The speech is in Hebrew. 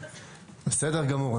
גמור.